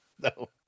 No